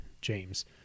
James